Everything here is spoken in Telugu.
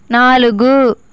నాలుగు